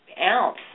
ounce